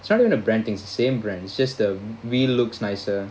nothing to do with the branding is the same brand is just the wheel looks nicer